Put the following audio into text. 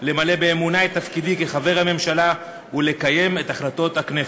למלא באמונה את תפקידי כחבר הממשלה ולקיים את החלטות הכנסת.